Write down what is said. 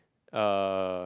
uh